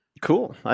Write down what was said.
Cool